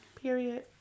Period